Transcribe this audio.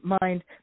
mind